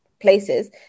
places